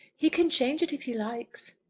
he can change it if he likes.